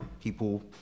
people